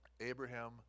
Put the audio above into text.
Abraham